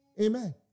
Amen